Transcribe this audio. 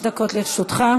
חמש דקות לרשותך.